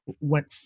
went